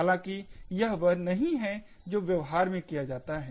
हालांकि यह वह नहीं है जो व्यवहार में किया जाता है